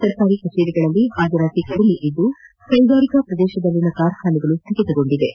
ಸರ್ಕಾರಿ ಕಚೇರಿಗಳಲ್ಲಿ ಹಾಜರಾತಿ ಕಡಿಮೆ ಇದ್ದು ಕೈಗಾರಿಕಾ ಪ್ರದೇಶದಲ್ಲಿನ ಕಾರ್ಖಾನೆಗಳು ಸ್ವಗಿತಗೊಂಡಿದ್ದವು